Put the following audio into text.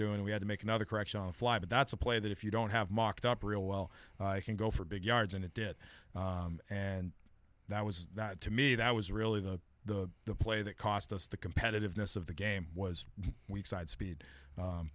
doing we had to make another correction on the fly but that's a play that if you don't have mocked up real well can go for big yards and it did and that was to me that was really the the the play that cost us the competitiveness of the game was weakside speed